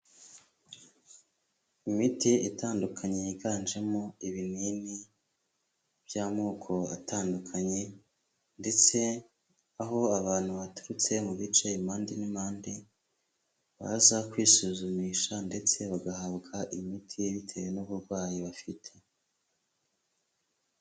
Imiti itandukanye. Yiganjemo ibinini by'amoko atandukanye, ndetse aho abantu baturutse mu bice impande n'impande, baza kwisuzumisha ndetse bagahabwa imiti, bitewe n'uburwayi bafite.